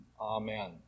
amen